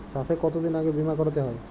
চাষে কতদিন আগে বিমা করাতে হয়?